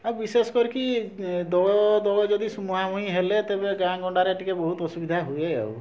ଆଉ ବିଶେଷ କରିକି ଦଳ ଦଳ ଯଦି ମୁହାଁମୁହିଁ ହେଲେ ତେବେ ଗାଁ' ଗଣ୍ଡାରେ ଟିକେ ବହୁତ ଅସୁବିଧା ହୁଏ ଆଉ